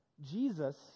Jesus